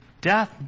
Death